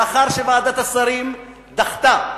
לאחר שוועדת השרים דחתה,